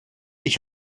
ich